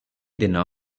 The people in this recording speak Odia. ଦିନ